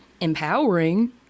empowering